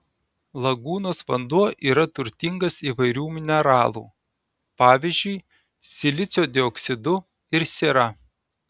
lagūnos vanduo yra turtingas įvairių mineralų pavyzdžiui silicio dioksidu ir siera